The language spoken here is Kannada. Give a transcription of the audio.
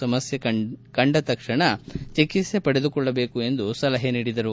ಸಮಸ್ಕೆ ಕಂಡ ತಕ್ಷಣ ಚಿಕಿತ್ಸೆ ಪಡೆದುಕೊಳ್ಳಬೇಕು ಎಂದು ಸಲಹೆ ನೀಡಿದರು